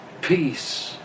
peace